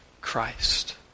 Christ